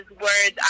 words